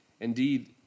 Indeed